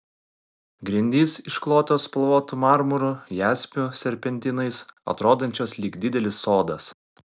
grindys išklotos spalvotu marmuru jaspiu serpentinais atrodančios lyg didelis sodas